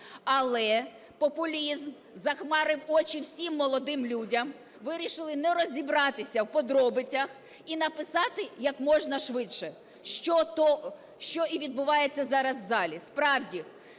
Але популізм захмарив очі всім молодим людям, вирішили не розібратися в подробицях і написати як можна швидше, що і відбувається зараз в залі. Справді,